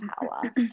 power